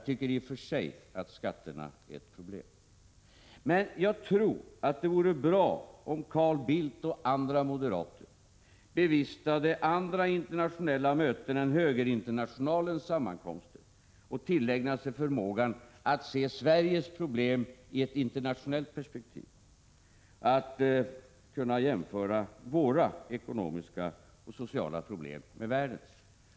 I och för sig är skatterna, tycker jag, ett problem, men jag tror att det vore bra om Carl Bildt och andra moderater bevistade andra internationella möten än högerinternationalens sammankomster och tillägnade sig förmågan att se Sveriges problem i ett internationellt perspektiv, att jämföra våra ekonomiska och sociala problem med världens.